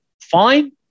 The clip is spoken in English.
fine